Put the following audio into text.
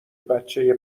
بچه